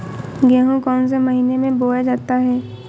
गेहूँ कौन से महीने में बोया जाता है?